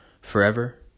Forever